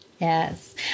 Yes